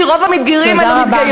כי רוב המתגיירים הם מתגיירות,